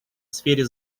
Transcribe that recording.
сфере